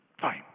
Fine